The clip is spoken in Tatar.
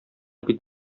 бит